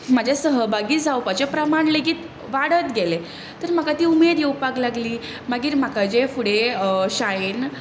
म्हजें सहभागी जावपाचें प्रमाण लेगीत वाडत गेलें तर म्हाका ती उमेद येवपाक लागली मागीर म्हाका जें फुडें शाळेंत